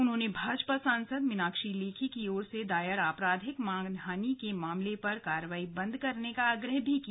उन्होंने भाजपा सांसद मीनाक्षी लेखी की ओर से दायर आपराधिक मानहानि के मामले पर कार्रवाई बंद करने का आग्रह भी किया